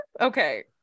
Okay